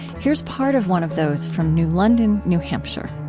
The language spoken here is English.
here's part of one of those, from new london, new hampshire